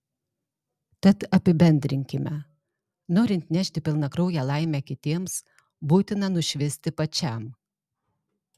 tad apibendrinkime norint nešti pilnakrauję laimę kitiems būtina nušvisti pačiam